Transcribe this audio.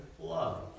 love